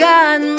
God